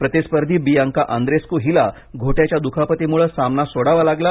प्रतिस्पर्धी Bianca Andreescu हीला घोट्याच्या दुखापतीमुळे सामना सोडवा लागला